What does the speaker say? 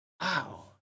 Wow